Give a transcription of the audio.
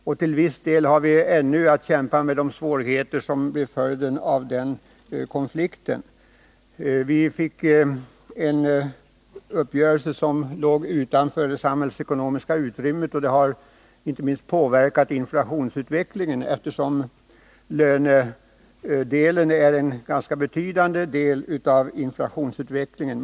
Och till viss del har vi ännu att kämpa med de svårigheter som blev följden av konflikten. Vi fick en uppgörelse som låg utanför det samhällsekonomiska utrymmet. Det har inte minst påverkat inflationsutvecklingen, eftersom lönedelen är en ganska betydande del av inflationsutvecklingen.